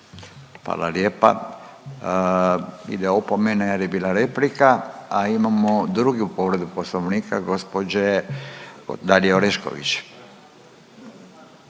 Hvala lijepa. Ide opomena jer je bila replika. A imamo drugu povredu poslovnika gospođe Dalije Orešković.